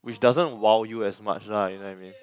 which doesn't !wow! you as much lah you know what I mean